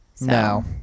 No